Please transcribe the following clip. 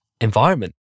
environment